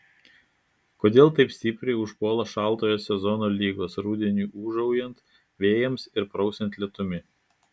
kodėl taip stipriai užpuola šaltojo sezono ligos rudeniui ūžaujant vėjams ir prausiant lietumi